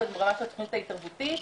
וברמת התכנית ההתערבותית.